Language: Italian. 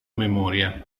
memoria